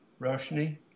Roshni